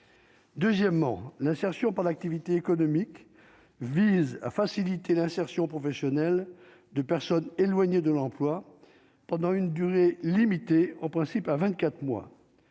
deuxièmement l'insertion par l'activité économique, vise à faciliter l'insertion professionnelle de personnes éloignées de l'emploi pendant une durée limitée, en principe à 24 mois